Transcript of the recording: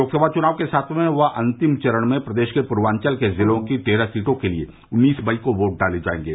लोकसभा चुनाव के सातवें व अंतिम चरण में प्रदेश के पूर्वांचल जिलों की तेरह सीटों के लिये उन्नीस मई को वोट डाले जायेंगे